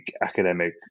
academic